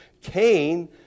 Cain